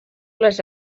les